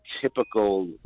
typical